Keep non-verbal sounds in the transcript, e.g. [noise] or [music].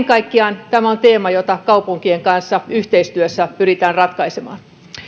[unintelligible] kaikkiaan tämä on teema jota kaupunkien kanssa yhteistyössä pyritään ratkaisemaan